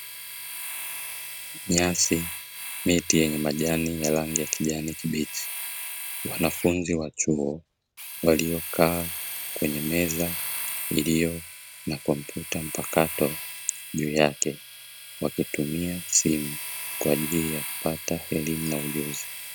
Nyasi, miti yenye majani ya rangi ya kijani kibichi ,wanafunzi wa chuo waliokaa kwenye meza iliyo na kompyuta mpakato juu yake, wakitumia simu kwa ajili ya kupata elimu na ujuzi.